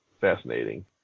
fascinating